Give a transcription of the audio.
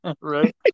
Right